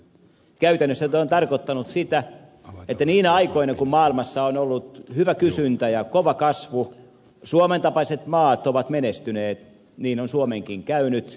käytännössä tämä on tarkoittanut sitä että niinä aikoina kun maailmassa on ollut hyvä kysyntä ja kova kasvu suomen tapaiset maat ovat menestyneet niin on suomenkin käynyt